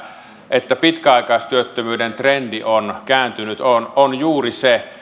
että pitkäaikaistyöttömyyden trendi on kääntynyt on on juuri se